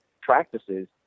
practices